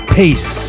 peace